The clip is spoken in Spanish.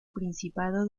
principado